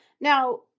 Now